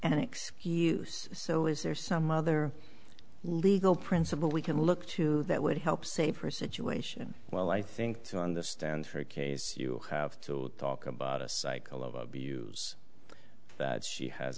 an excuse so is there some other legal principle we can look to that would help save her situation well i think to understand her case you have to talk about a cycle of abuse that she has